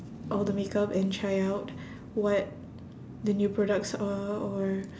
all the makeup and try out what the new products are or